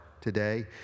today